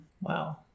Wow